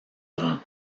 rend